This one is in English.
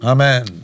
Amen